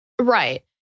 Right